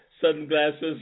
sunglasses